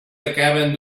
acaben